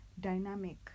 dynamic